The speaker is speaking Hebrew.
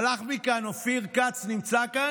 הלך מכאן, אופיר כץ נמצא כאן?